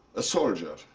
a soldier,